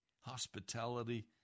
Hospitality